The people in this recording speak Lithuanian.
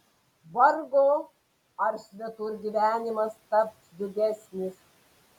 vargu ar svetur gyvenimas taps džiugesnis